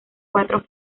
cuatro